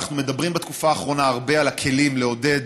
אנחנו מדברים בתקופה האחרונה הרבה על הכלים לעודד